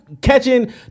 catching